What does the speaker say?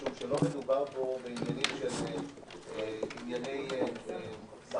משום שלא מדובר פה בעניינים של מעמד האישה.